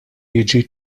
jiġi